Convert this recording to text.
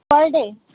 per day